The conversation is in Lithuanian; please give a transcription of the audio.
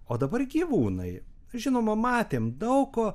o dabar gyvūnai žinoma matėme daug ko